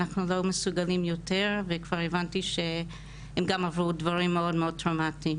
אנחנו לא מסוגלים יותר וכבר הבנתי שהם גם עברו דברים מאוד טראומתיים.